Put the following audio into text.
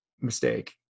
mistake